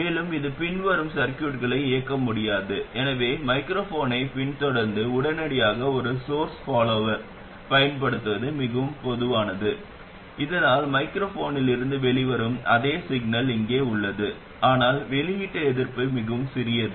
மேலும் இது பின்வரும் சர்கியூட்களை இயக்க முடியாது எனவே மைக்ரோஃபோனைப் பின்தொடர்ந்து உடனடியாக ஒரு சோர்ஸ் பாலோவர் பயன்படுத்துவது மிகவும் பொதுவானது இதனால் மைக்ரோஃபோனில் இருந்து வெளிவரும் அதே சிக்னல் இங்கே உள்ளது ஆனால் வெளியீட்டு எதிர்ப்பு மிகவும் சிறியது